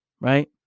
right